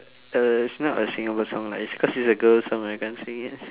uh it's not a singable song lah it's cause it's a girl song I can't sing it